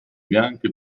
bianche